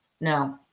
No